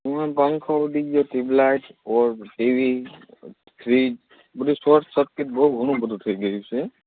પંખો ઉડી ગયો ટ્યુબલાઈટ ઓર ટીવી ફ્રીજ બધું શોર્ટ સર્કિટ બહુ ઘણું બધું થઇ ગયું છે